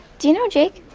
do you know jake?